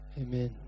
Amen